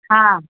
हा